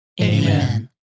Amen